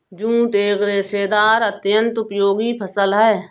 jute एक रेशेदार अत्यन्त उपयोगी फसल है